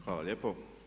Hvala lijepo.